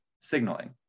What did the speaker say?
signaling